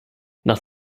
nach